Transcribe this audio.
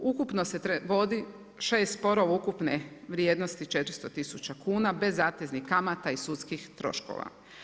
Ukupno se vodi 6 sporova ukupne vrijednosti 400 tisuća kuna bez zateznih kamata i sudskih troškova.